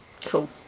Cool